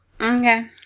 Okay